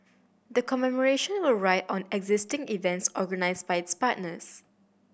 the commemoration will ride on existing events organised by its partners